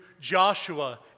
Joshua